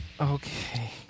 Okay